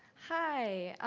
hi,